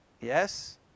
Yes